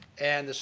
and,